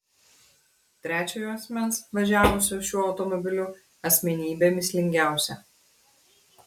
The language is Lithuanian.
trečiojo asmens važiavusio šiuo automobiliu asmenybė mįslingiausia